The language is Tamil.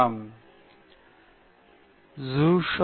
வேறு யாராவது தயவுசெய்து